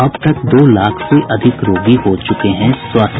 अब तक दो लाख से अधिक रोगी हो चुके हैं स्वस्थ